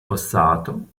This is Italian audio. fossato